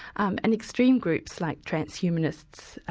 um and extreme groups like transhumanists, ah